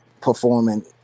performing